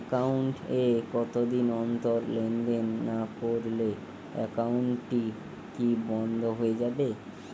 Account এ কতদিন অন্তর লেনদেন না করলে একাউন্টটি কি বন্ধ হয়ে যাবে?